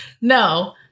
no